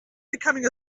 becoming